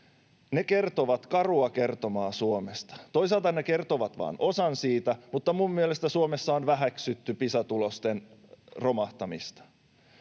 Ne kertovat karua kertomaa Suomesta. Toisaalta ne kertovat vain osan siitä, mutta minun mielestäni Suomessa on väheksytty Pisa-tulosten romahtamista.